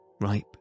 ripe